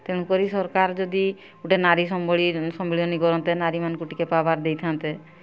ତେଣୁକରି ସରକାର ଯଦି ଗୋଟେ ନାରୀ ସମ୍ମିଳନୀ କରନ୍ତେ ନାରୀଙ୍କୁ ଟିକେ ପାୱାର୍ ଦେଇଥାଆନ୍ତେ